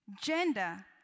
Gender